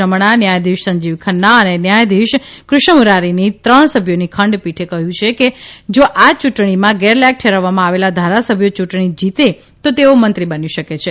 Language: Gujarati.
રમણા ન્યાયાધીશ સંજીવ ખન્ના અને ન્યાયાધીશ કૃષ્ણ મુરારીની ત્રણ સભ્યોની ખંડપીઠે કહ્યું કે જો આ યૂંટણીમાં ગેરલાયક ઠેરવવામાં આવેલા ધારાસભ્યો યૂંટણી જીતે તો તેઓ મંત્રી બની શકે છે